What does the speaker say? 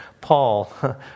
Paul